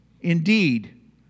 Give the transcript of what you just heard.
indeed